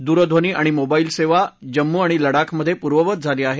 दूरध्वनी आणि मोबाईल सेवा जम्मू आणि लडाखमधे पूर्ववत झाली आहे